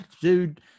Dude